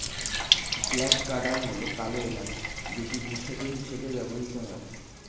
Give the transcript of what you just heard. black cardamom হল কালো এলাচ যেটি ভেষজ হিসেবে ব্যবহৃত হয়